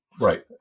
Right